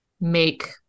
make